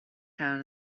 town